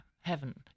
heaven